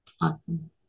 awesome